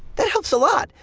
that helps a lot,